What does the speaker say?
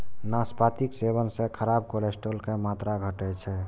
नाशपातीक सेवन सं खराब कोलेस्ट्रॉल के मात्रा घटै छै